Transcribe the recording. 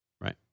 right